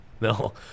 No